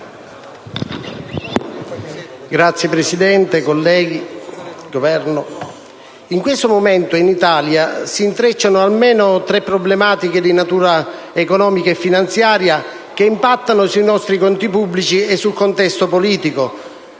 rappresentante del Governo, in questo momento in Italia si intrecciano almeno tre problematiche di natura economica e finanziaria che impattano sui nostri conti pubblici e sul contesto politico,